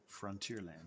Frontierland